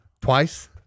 twice